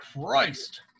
Christ